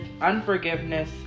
unforgiveness